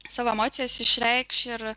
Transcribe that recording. savo emocijas išreikš ir